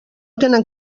tenen